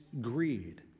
greed